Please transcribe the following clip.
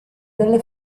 delle